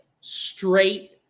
straight